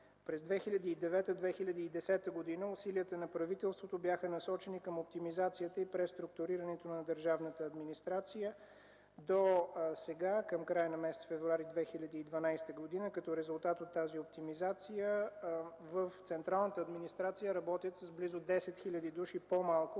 През 2009-2010 г. усилията на правителството бяха насочени към оптимизацията и преструктурирането на държавната администрация. Досега към края на месец февруари 2012 г. като резултат от тази оптимизация в централната администрация работят с близо 10 хил. души по-малко,